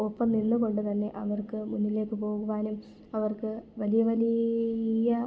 ഒപ്പം നിന്നുകൊണ്ട് തന്നെ അവർക്ക് മുന്നിലേക്ക് പോകുവാനും അവർക്ക് വലിയ വലിയ